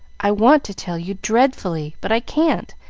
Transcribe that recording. i want to tell you, dreadfully but i can't,